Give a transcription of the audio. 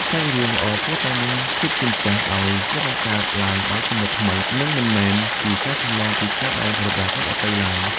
សាច់រឿងល្អគួរតែមានភាពជាម្ចាស់ ដោយត្រូវបង្កើតឡើងដោយគំនិតថ្មី និងមិនមែនជាការចម្លងពីស្នាដៃរបស់អ្នកដទៃឡើយ។